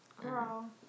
Girl